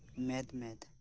ᱢᱮᱫ ᱢᱮᱫ